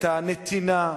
את הנתינה,